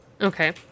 Okay